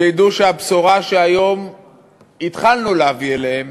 שידעו שהבשורה שהיום התחלנו להביא אליהם,